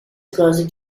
across